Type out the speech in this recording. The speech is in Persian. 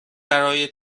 برای